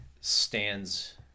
stands